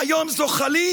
והיום זוחלים